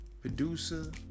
producer